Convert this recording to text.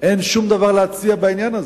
אין שום דבר להציע בעניין הזה,